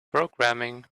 programming